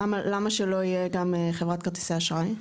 למה שלא תהיה גם חברת כרטיסי אשראי?